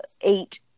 eight